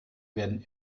werden